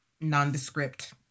nondescript